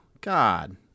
god